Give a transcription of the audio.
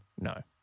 no